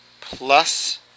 plus